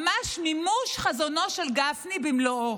ממש מימוש חזונו של גפני במלואו.